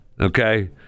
okay